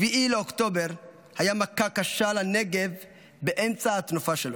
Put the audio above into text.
7 באוקטובר היה מכה קשה לנגב באמצע התנופה שלו,